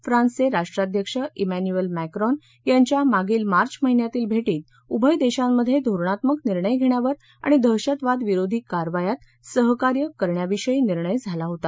फ्रान्सचे राष्ट्राध्यक्ष Emmanuel Macron यांच्या मागिल मार्च महिन्यातील भेटीत उभय देशांमध्ये धोरणात्मक निर्णय धेण्यावर आणि दहशतवाद विरोधी कारवायात सहकार्य करण्याविषयी निर्णय झाला होता